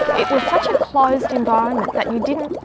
it was such a closed environment that you didn't,